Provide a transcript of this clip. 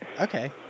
Okay